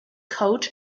coach